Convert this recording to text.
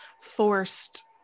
forced